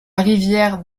rivière